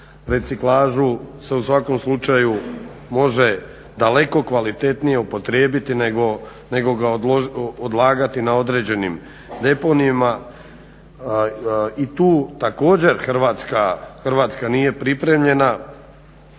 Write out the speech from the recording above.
reciklažu se u svakom slučaju daleko kvalitetnije upotrijebiti nego ga odlagati na određenim deponijima. I tu također Hrvatska nije pripremljena